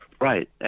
Right